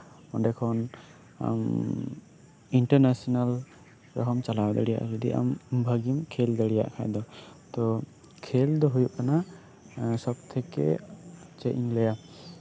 ᱚᱱᱰᱮ ᱠᱷᱚᱱ ᱟᱢ ᱤᱱᱴᱟᱨ ᱱᱮᱥᱮᱱᱮᱞ ᱨᱮᱦᱚᱢ ᱪᱟᱞᱟᱣ ᱫᱟᱲᱮᱭᱟᱜᱼᱟ ᱡᱚᱫᱤ ᱟᱢ ᱵᱷᱟᱜᱤᱢ ᱠᱷᱮᱞ ᱫᱟᱲᱮᱭᱟᱜ ᱠᱷᱟᱱ ᱫᱚ ᱛᱳ ᱠᱷᱮᱞ ᱫᱚ ᱦᱩᱭᱩᱜ ᱠᱟᱱᱟ ᱥᱚᱵ ᱛᱷᱮᱠᱮ ᱪᱮᱫ ᱤᱧ ᱞᱟᱹᱭᱟ